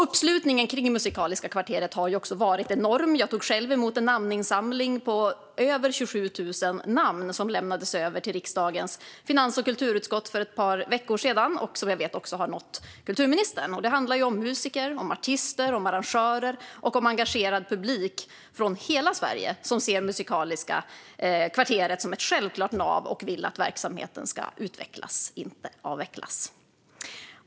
Uppslutningen kring Musikaliska kvarteret har varit enorm. Jag tog själv emot en namninsamling på över 27 000 namn som överlämnades till riksdagens finans och kulturutskott för ett par veckor sedan och som jag vet också har nått kulturministern. Det handlar om musiker, artister, arrangörer och engagerad publik från hela Sverige som ser Musikaliska kvarteret som ett självklart nav och vill att verksamheten ska utvecklas, inte avvecklas.